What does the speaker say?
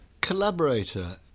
collaborator